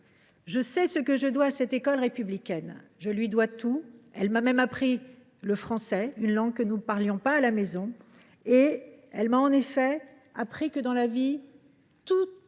Je sais ce que je dois à cette école républicaine : je lui dois tout. Elle m’a même appris le français, une langue que nous ne parlions pas à la maison. J’en ai tiré la conviction que, dans la vie, tout